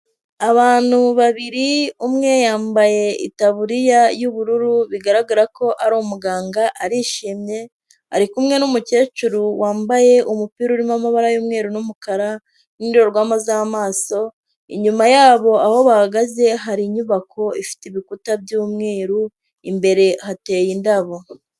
Abantu babiri umwe yambaye itaburiya y'ubururu bigaragara ko ari umuganga, arishimye, ari kumwe n'umukecuru wambaye umupira urimo amabara y'umweru n'umukara n'indorerwamo z'amaso. Inyuma yabo aho bahagaze hari inyubako ifite ibikuta by'umweru, imbere hateye indabo.